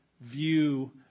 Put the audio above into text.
view